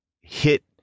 hit